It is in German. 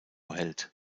hält